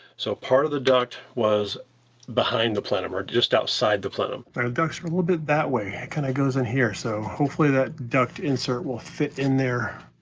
so part of the duct was behind the plenum, or just outside the plenum. the kind of ducts are a little bit that way. it kinda goes in here, so hopefully that duct insert will fit in there.